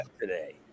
today